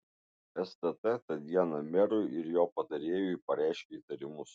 stt tą dieną merui ir jo patarėjui pareiškė įtarimus